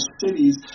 cities